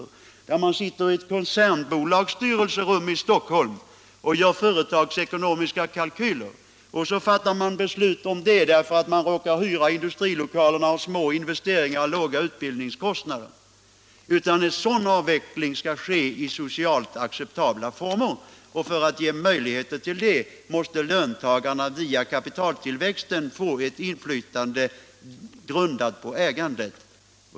Den får inte gå till så att man sitter i ett koncernbolags styrelserum i Stockholm och gör företagsekonomiska kalkyler och fattar beslut på grundval av att man råkar hyra industrilokaler och har små investeringar och låga utbildningskostnader. En avveckling skall ske i socialt acceptabla former. Därför måste löntagarna via kapitaltillväxten få ett inflytande grundat på ägande.